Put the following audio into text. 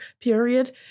period